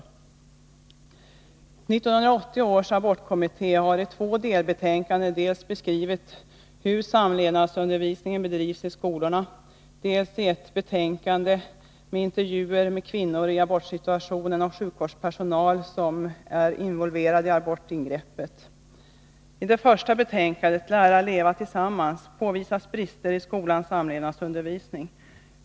1980 års abortkommitté har i två delbetänkanden dels beskrivit hur samlevnadsundervisningen bedrivs i skolorna, dels presenterat intervjuer med kvinnor i abortsituationen och med sjukvårdspersonal som är involveradiabortingreppet. I det första betänkandet, Lära leva tillsammans, påvisas brister i skolans samlevnadsundervisning.